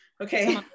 Okay